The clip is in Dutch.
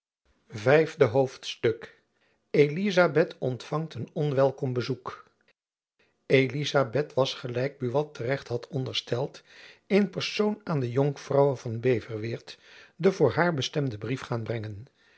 vijfde hoofdstuk elizabeth ontfangt een onwelkom bezoek elizabeth was gelijk buat te recht had ondersteld in persoon aan de jonkvrouwe van beverweert den voor haar bestemden brief gaan brengen